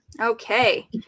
Okay